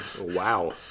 Wow